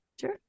Sure